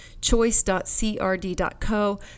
Choice.crd.co